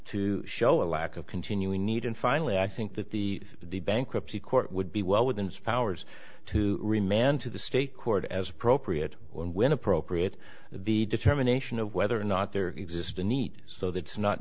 to show a lack of continuing need and finally i think that the the bankruptcy court would be well within its powers to remand to the state court as appropriate when appropriate the determination of whether or not there exists a neat so that it's not